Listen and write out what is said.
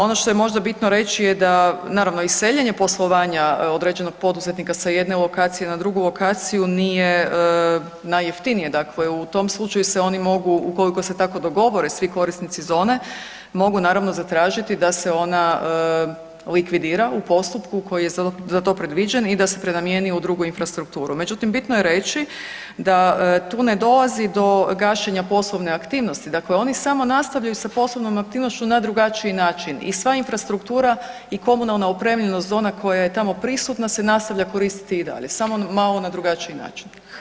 Ono što je možda bitno reći je da naravno, i seljenje poslovanja određenog poduzetnika sa jedne lokacije na drugu lokaciju nije najjeftinije dakle, u tom slučaju se oni mogu ukoliko se tako dogovore svi korisnici zone, mogu naravno zatražiti da se ona likvidira u postupku koji je za to predviđen i da se prenamijeni u drugu infrastrukturu međutim bitno je reći da tu ne dolazi do gašenja poslovne aktivnosti, dakle oni samo nastavljaju sa poslovnom aktivnošću na drugačiji način i sva infrastruktura i komunalna opremljenost zona koja je tamo prisutna se nastavlja koristiti i dalje, samo malo na drugačiji način.